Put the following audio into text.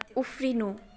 उफ्रिनु